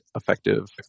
effective